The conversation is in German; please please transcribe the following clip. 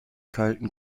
kalten